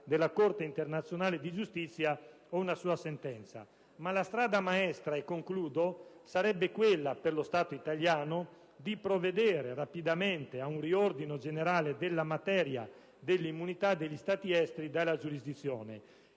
della Corte internazionale di giustizia o ad una sua sentenza. La strada maestra per lo Stato italiano sarebbe però quella di provvedere rapidamente ad un riordino generale della materia dell'immunità degli Stati esteri dalla giurisdizione.